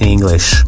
English